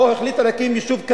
או החליטה להקים יישוב,